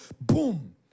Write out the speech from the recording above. boom